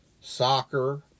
soccer